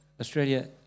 Australia